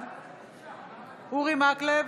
בעד אורי מקלב,